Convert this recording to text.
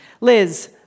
Liz